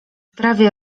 prawie